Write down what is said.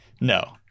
No